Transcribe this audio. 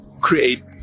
create